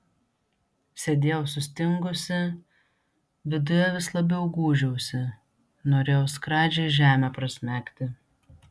sėdėjau sustingusi viduje vis labiau gūžiausi norėjau skradžiai žemę prasmegti